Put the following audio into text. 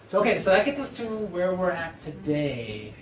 so ok, so that gets us to where we're at today.